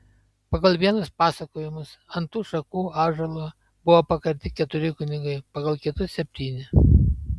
pagal vienus pasakojimus ant tų šakų ąžuolo buvo pakarti keturi kunigai pagal kitus septyni